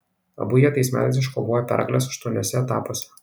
abu jie tais metais iškovojo pergales aštuoniuose etapuose